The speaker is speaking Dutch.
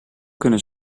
kunnen